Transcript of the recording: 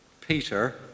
Peter